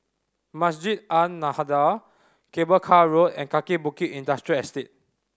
Masjid An Nahdhah Cable Car Road and Kaki Bukit Industrial Estate